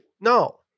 no